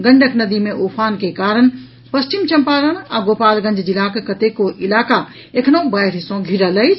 गंडक नदी मे उफान के कारण पश्चिम चम्पारण आ गोपालगंज जिलाक कतेको इलाका एखनहुँ बाढ़ि सँ धिरल अछि